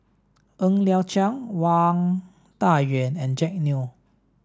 Ng Liang Chiang Wang Dayuan and Jack Neo